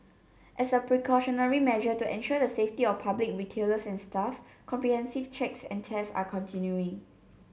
as a precautionary measure to ensure the safety of public retailers and staff comprehensive checks and tests are continuing